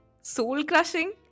Soul-crushing